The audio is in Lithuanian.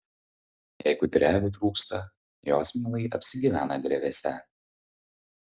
jeigu drevių trūksta jos mielai apsigyvena drevėse